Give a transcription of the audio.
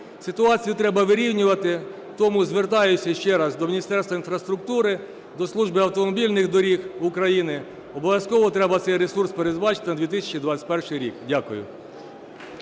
Ситуацію треба вирівнювати, тому звертаюся ще раз до Міністерства інфраструктури, до Служби автомобільних доріг України, обов'язково треба цей ресурс передбачити на 2021 рік. Дякую.